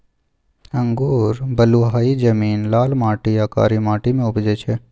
अंगुर बलुआही जमीन, लाल माटि आ कारी माटि मे उपजै छै